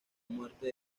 muerte